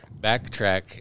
backtrack